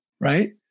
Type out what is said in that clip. Right